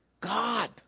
God